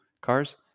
Cars